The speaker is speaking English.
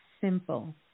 simple